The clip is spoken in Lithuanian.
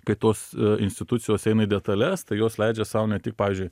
kai tos institucijos eina į detales tai jos leidžia sau ne tik pavyzdžiui